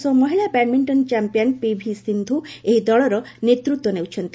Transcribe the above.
ବିଶ୍ୱ ମହିଳା badminton champion PV Sindhu ଏହି ଦଳର ନେତୃତ୍ୱ ନେଉଛନ୍ତି